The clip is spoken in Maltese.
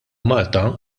malta